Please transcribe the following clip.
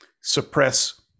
suppress